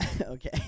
Okay